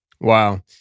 Wow